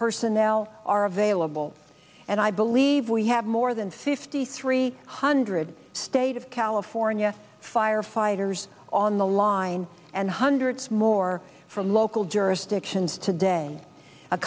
personnel are available and i believe we have more than fifty three hundred state of california firefighters on the line and hundreds more from local jurisdictions today a